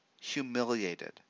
humiliated